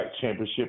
championship